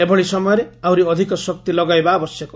ଏଭଳି ସମୟରେ ଆହୁରି ଅଧିକ ଶକ୍ତି ଲଗାଇବା ଆବଶ୍ୟକ